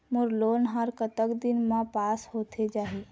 मोर loan हा कतक दिन मा पास होथे जाही?